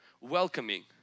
welcoming